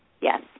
Yes